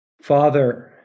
Father